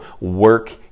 work